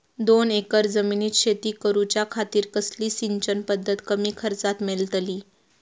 दोन एकर जमिनीत शेती करूच्या खातीर कसली सिंचन पध्दत कमी खर्चात मेलतली?